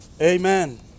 amen